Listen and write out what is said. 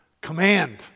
Command